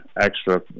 extra